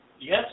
Yes